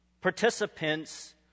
participants